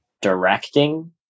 directing